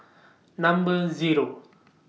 Number Zero